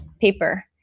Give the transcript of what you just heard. paper